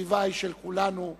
הסביבה היא של כולנו,